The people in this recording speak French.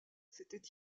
c’était